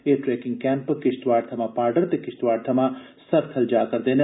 एह् trekking camp Kishtwar थमां पाडर ते किश्तवाड़ थमां सरथल जा करदे न